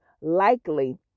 likely